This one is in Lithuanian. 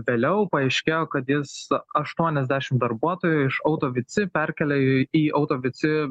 vėliau paaiškėjo kad jis aštuoniasdešim darbuotojų iš autovici perkėlė į autovici